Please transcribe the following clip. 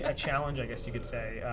ah challenge, i guess you could say.